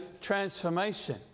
transformation